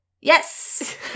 Yes